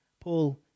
Paul